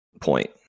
point